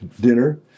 dinner